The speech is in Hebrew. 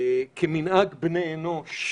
כמנהג בני אנוש,